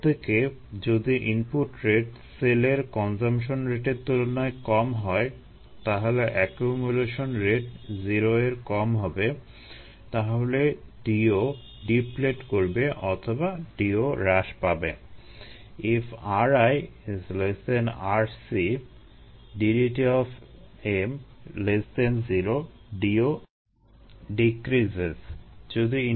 অপরদিকে যদি input rate সেলের কনজাম্পশন রেটের তুলনায় কম হয় তাহলে একিউমুলেশন রেট 0 এর কম হবে তাহলে DO ডিপ্লেট করবে অথবা DO হ্রাস পাবে